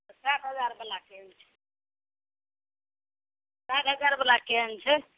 सात हजार बला केहन छै सात हजार बला केहन छै